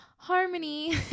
harmony